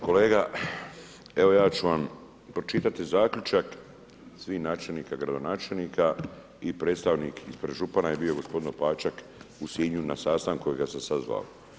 Kolega evo ja ću vam pročitati zaključak, svih načelnika, gradonačelnika i predstavnik ispred župana je bio gospodin Opačak u Sinju na sastanku kojega sam sada zvao.